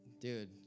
dude